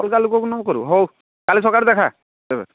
ଅଲଗା ଲୋକକୁ ନକରୁ ହେଉ କାଲି ସକାଳେ ଦେଖା ତେବେ